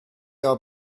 are